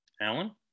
Alan